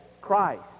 Christ